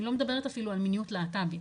אני לא מדבר אפילו על מיניות להט"בית,